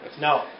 No